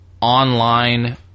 online